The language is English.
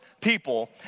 people